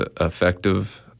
effective